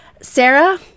Sarah